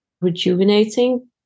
rejuvenating